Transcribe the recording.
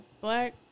black